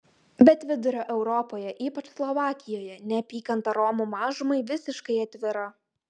bet vidurio europoje ypač slovakijoje neapykanta romų mažumai visiškai atvira